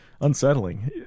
unsettling